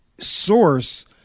source